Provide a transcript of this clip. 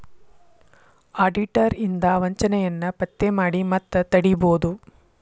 auditor ಇಂದಾ ವಂಚನೆಯನ್ನ ಪತ್ತೆ ಮಾಡಿ ಮತ್ತ ತಡಿಬೊದು